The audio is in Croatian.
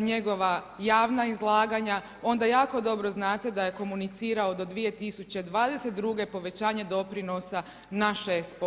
njegova javna izlaganja, onda jako dobro znate da je komunicirao do 2022. povećanja doprinosa na 6%